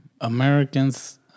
Americans